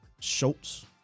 Schultz